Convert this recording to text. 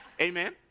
Amen